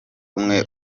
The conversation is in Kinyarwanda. umwe